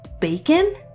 bacon